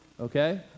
okay